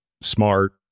smart